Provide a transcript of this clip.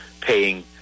paying